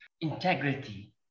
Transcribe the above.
integrity